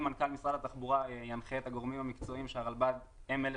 אם מנכ"ל משרד התחבורה ינחה את הגורמים המקצועיים שהרלב"ד הם אלה